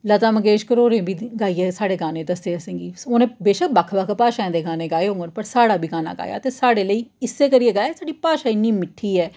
लता मंगेशकर होरें बी गाइयै साढ़े गाने दस्से असेंगी उनें बेशक्क बक्ख बक्ख भाशाएं दे गाने गाए होङन पर साढा बी गाना गाया ते साढ़े लेई इस्सै करियै गाया कीजे साढ़ी भाशा इन्नी मिट्ठी ऐ